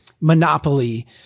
monopoly